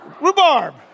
Rhubarb